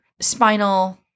spinal